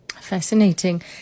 Fascinating